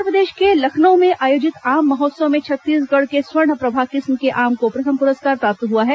उत्तरप्रदेश के लखनऊ में आयोजित आम महोत्सव में छत्तीसगढ़ के स्वर्ण प्रभा किस्म के आम को प्रथम पुरस्कार प्राप्त हुआ है